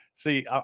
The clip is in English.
See